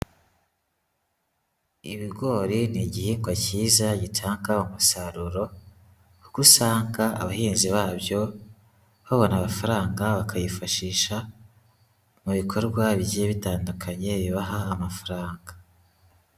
Ibigori ni igihingwa cyiza gitanga umusaruro, kuko usanga abahinzi babyo bababona amafaranga, bakayifashisha mu bikorwa bigiye bitandukanye, bibaha amafaranga.